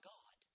God